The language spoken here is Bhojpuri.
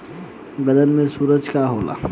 गदन के सूजन का होला?